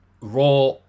Raw